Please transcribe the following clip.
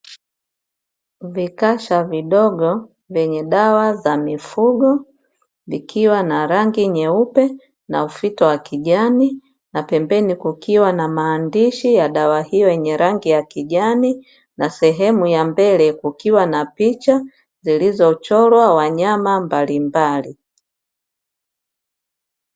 Vikasha vidogo vyenye dawa za mifugo, vikiwa na rangi nyeupe na ufito wa kijani na pembeni kukiwa na maandishi ya dawa hiyo yenye rangi ya kijani na sehemu ya mbele kukiwa na picha zilizochorwa wanyama mbalimbali.